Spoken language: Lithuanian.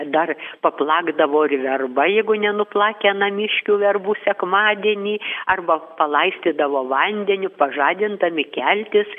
dar paplakdavo ir verba jeigu nenuplakę namiškių verbų sekmadienį arba palaistydavo vandeniu pažadindami keltis